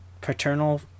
paternal